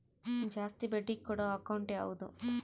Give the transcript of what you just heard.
ಜಾಸ್ತಿ ಬಡ್ಡಿ ಕೊಡೋ ಅಕೌಂಟ್ ಯಾವುದು?